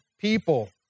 people